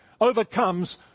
overcomes